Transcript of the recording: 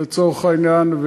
לצורך העניין.